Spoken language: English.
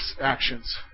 actions